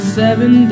seven